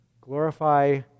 Glorify